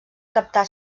captar